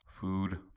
Food